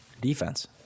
Defense